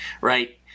right